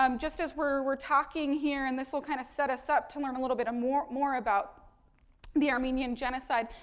um just as we're we're talking here, and this will kind of set us up to learn a little more more about the armenian genocide.